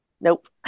nope